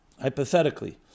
hypothetically